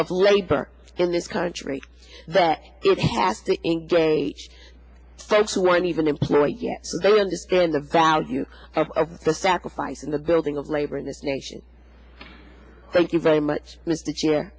have labor in this country that it has to engage folks who aren't even employed yet so they understand the value of the sacrifice in the building of labor in this nation thank y